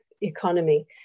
economy